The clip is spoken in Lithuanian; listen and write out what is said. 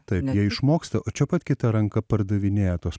taip jie išmoksta o čia pat kita ranka pardavinėja tuos